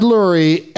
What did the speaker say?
Lurie